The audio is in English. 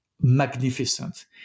Magnificent